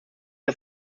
das